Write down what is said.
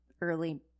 early